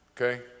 Okay